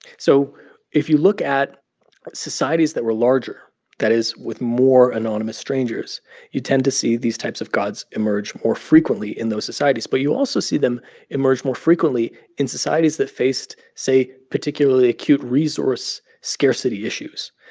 so if you look at societies that were larger that is, with more anonymous strangers you tend to see these types of gods emerge more frequently in those societies. but you also see them emerge more frequently in societies that faced, say, particularly acute resource scarcity issues.